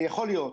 יכול להיות